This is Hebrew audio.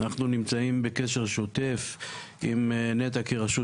אנחנו נמצאים בקשר שוטף עם נת"ע כרשות